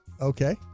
Okay